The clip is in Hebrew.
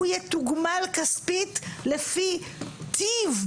הוא יתוגמל כספית לפי "טיב",